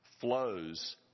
flows